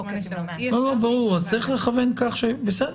--- ברור, אז צריך לכוון, בסדר.